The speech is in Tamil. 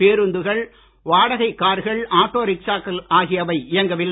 பேருந்துகள் வாடகை கார்கள் ஆட்டோ ரிக்சாக்கள் ஆகியவை இயங்கவில்லை